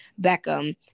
Beckham